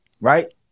right